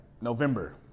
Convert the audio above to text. November